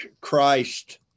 Christ